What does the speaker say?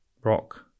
rock